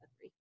three